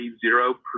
zero